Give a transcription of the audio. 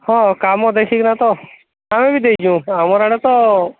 ହଁ କାମ ଦେଖି କିନା ତ ଆମେ ବି ଦେଇଛୁ ଆମର ଆଡ଼େ ତ